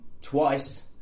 twice